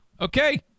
okay